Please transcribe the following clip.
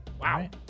Wow